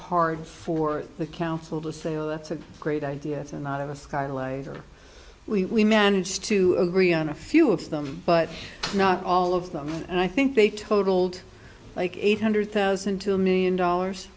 hard for the council to say oh that's a great idea to not have a sky laser we managed to agree on a few of them but not all of them and i think they totaled like eight hundred thousand two million dollars